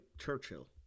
Churchill